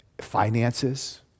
finances